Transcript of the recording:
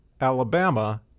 Alabama